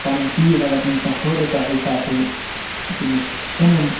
پَنُن چیٖز اَگر تٔمِس کانٛہہ پرٛوڈَکٹ آسہِ ہے سُہ آسہِ ہے تٔمِس کٕنُن